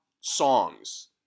songs